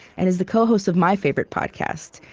and is the co-host of my favorite podcast,